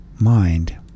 mind